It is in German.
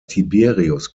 tiberius